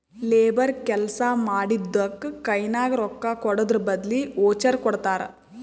labour ಕೆಲ್ಸಾ ಮಾಡಿದ್ದುಕ್ ಕೈನಾಗ ರೊಕ್ಕಾಕೊಡದ್ರ್ ಬದ್ಲಿ ವೋಚರ್ ಕೊಡ್ತಾರ್